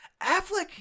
Affleck